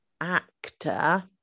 actor